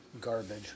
garbage